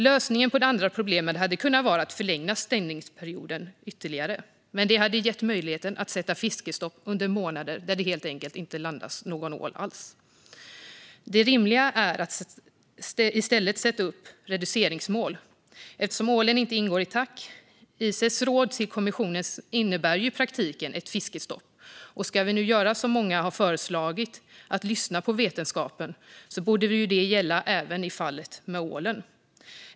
Lösningen på det andra problemet hade kunnat vara att förlänga stängningsperioden ytterligare, men det hade gett möjlighet att sätta fiskestopp under månader då det inte landas någon ål alls. Det rimliga är att i stället sätta upp reduceringsmål eftersom ålen inte ingår i TAC. Ices råd till kommissionen innebär ju i praktiken ett fiskestopp, och ska vi nu göra som många har föreslagit och lyssna på vetenskapen borde det gälla även i fallet ålen.